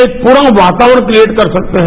एक पूरा वातावरण क्रियेट कर सकते हैं